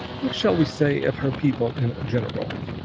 what shall we say of her people in general?